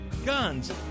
guns